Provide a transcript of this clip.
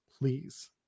please